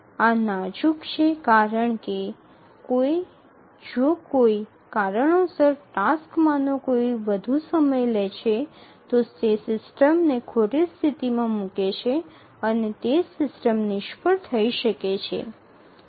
આ નાજુક છે કારણ કે જો કોઈ કારણોસર ટાસક્સમાંનો કોઈ વધુ સમય લે છે તો તે સિસ્ટમને ખોટી સ્થિતિમાં મૂકે છે અને તે સિસ્ટમ નિષ્ફળ થઈ શકે છે